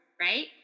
Right